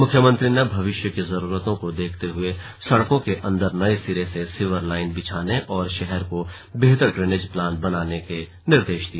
मुख्यमंत्री ने भविष्य की जरूरतों को देखते हुए सड़कों के अंदर नए सिरे से सीवर लाइन बिछाने और शहर का बेहतर ड्रेनेज प्लान बनाने के निर्देश भी दिए